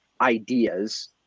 ideas